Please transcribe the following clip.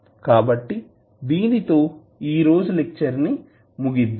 కాబట్టి దీనితో ఈ రోజు లెక్చర్ ని ముగిద్దాము